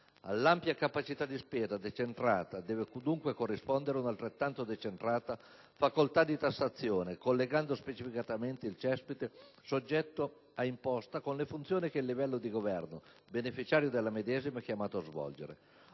All'ampia capacità di spesa decentrata deve dunque corrispondere un'altrettanto decentrata facoltà di tassazione, collegando specificamente il cespite soggetto a imposta con le funzioni che il livello di governo beneficiario della medesima è chiamato a svolgere.